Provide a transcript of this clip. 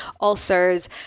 ulcers